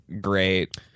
great